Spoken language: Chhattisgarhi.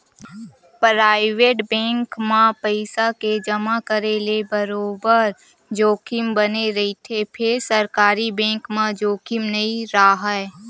पराइवेट बेंक म पइसा के जमा करे ले बरोबर जोखिम बने रहिथे फेर सरकारी बेंक म जोखिम नइ राहय